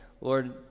Lord